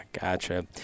Gotcha